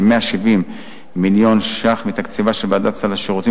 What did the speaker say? כ-170 מיליון שקלים מתקציבה של ועדת סל השירותים